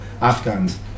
Afghans